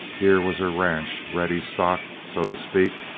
here was her ranch ready stocked, so to speak,